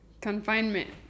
Confinement